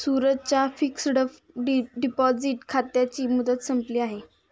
सूरजच्या fixed deposit खात्याची मुदत संपली आहे